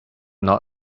not